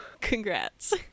Congrats